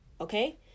okay